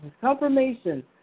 Confirmation